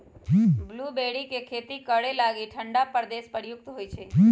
blueberry के खेती करे लागी ठण्डा प्रदेश उपयुक्त होइ छै